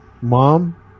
mom